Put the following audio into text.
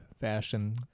fashion